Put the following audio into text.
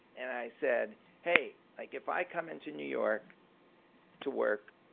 and i said hey, like if i come into new york to work,